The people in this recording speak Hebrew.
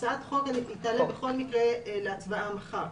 הצעת החוק תעלה בכל מקרה להצבעה מחר,